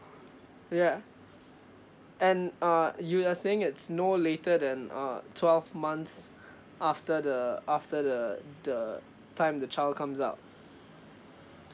ya and uh you are saying it's no later than uh twelve months after the after the the time the child comes up